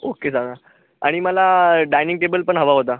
okay दादा आणि मला डायनिंग टेबल पण हवा होता